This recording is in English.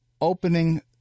opening